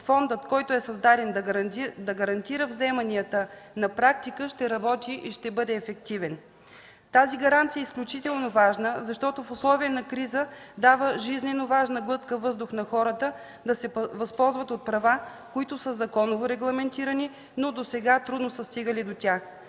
фондът, създаден да гарантира вземанията, на практика ще работи и ще бъде ефективен. Тази гаранция е изключително важна, защото в условия на криза дава жизненоважна глътка въздух на хората да се възползват от законово регламентирани права, но досега трудно са стигали до тях;